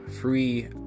free